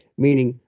meaning,